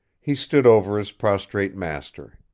he stood over his prostrate master.